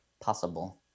Possible